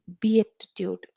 Beatitude